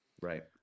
Right